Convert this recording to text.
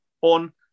on